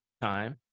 time